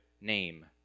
name